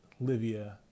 livia